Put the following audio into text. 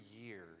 years